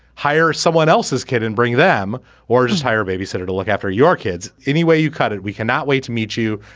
hire someone else's kid and bring them or just hire a babysitter to look after your kids. any way you cut it. we cannot wait to meet you.